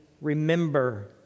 remember